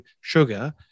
sugar